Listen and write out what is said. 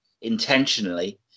intentionally